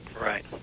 Right